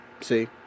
See